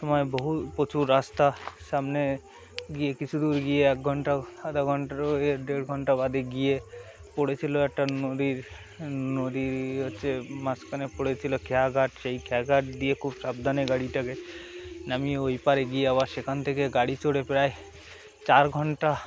সময় বহু প্রচুর রাস্তা সামনে গিয়ে কিছু দূর গিয়ে এক ঘণ্টা আধা ঘণ্টা দেড় ঘণ্টা বাদে গিয়ে পড়েছিলো একটা নদীর নদীর হচ্ছে মাঝখানে পড়েছিল খেয়াঘাট সেই খেয়াঘাট দিয়ে খুব সাবধানে গাড়িটাকে নামিয়ে ওই পারে গিয়ে আবার সেখান থেকে গাড়ি চড়ে প্রায় চার ঘণ্টা